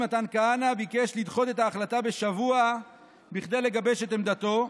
מתן כהנא ביקש לדחות את ההחלטה בשבוע כדי לגבש את עמדתו.